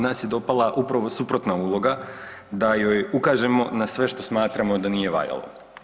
Nas je dopala upravo suprotna uloga da joj ukažemo na sve što smatramo da nije valjalo.